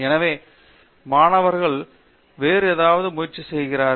பேராசிரியர் சத்யநாராயண நா குமாடி எனவே மாணவர்கள் வருவார்கள் வேறு ஏதாவது முயற்சி செய்கிறார்கள்